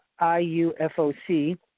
IUFOC